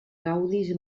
gaudis